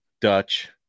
dutch